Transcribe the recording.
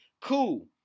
Cool